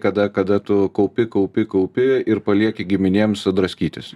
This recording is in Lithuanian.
kada kada tu kaupi kaupi kaupi ir palieki giminėms draskytis